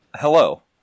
Hello